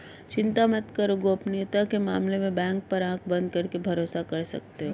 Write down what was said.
चिंता मत करो, गोपनीयता के मामले में बैंक पर आँख बंद करके भरोसा कर सकते हो